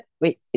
wait